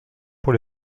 pour